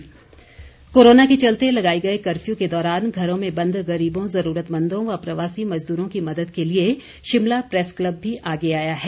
press club Shimla corona के चलते लगाए गए कर्फ्यू के दौरान घरों में बंद गरीबों जरूरतमंदों व प्रवासी मजदूरों की मद्द के लिए शिमला प्रेस कल्ब भी आगे आए है